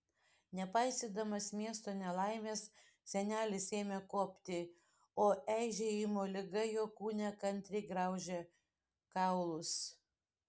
nepaisydamas miesto nelaimės senelis ėmė kopti o eižėjimo liga jo kūne kantriai graužė kaulus